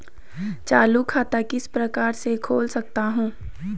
चालू खाता किस प्रकार से खोल सकता हूँ?